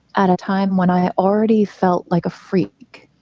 at a time when i already felt like a freak,